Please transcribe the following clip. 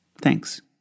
Thanks